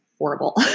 horrible